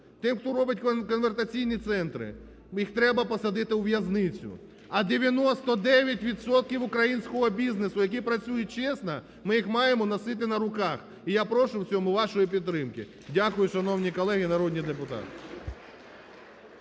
тим, хто робить конвертаційні центри, їх треба посадити у в’язницю. А 99 відсотків українського бізнесу, який працює чесно, ми їх маємо носити на руках. І я прошу в цьому вашої підтримки. Дякую, шановні колеги народні депутати.